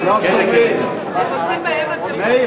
אני פטרתי את בתי-הכנסת מארנונה